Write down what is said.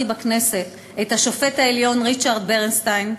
בכנסת את השופט העליון ריצ'רד ברנסטין,